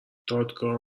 دادگاهها